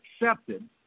accepted